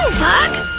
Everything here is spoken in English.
bug!